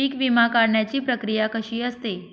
पीक विमा काढण्याची प्रक्रिया कशी असते?